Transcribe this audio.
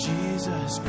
Jesus